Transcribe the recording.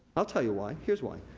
i'll tell you why, here's why.